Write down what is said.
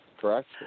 correct